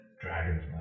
Dragons